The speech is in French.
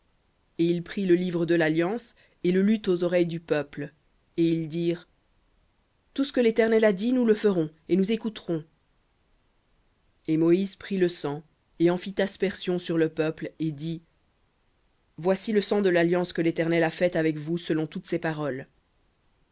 et il prit le livre de l'alliance et le lut aux oreilles du peuple et ils dirent tout ce que l'éternel a dit nous le ferons et nous écouterons et moïse prit le sang et en fit aspersion sur le peuple et dit voici le sang de l'alliance que l'éternel a faite avec vous selon toutes ces paroles